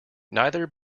neither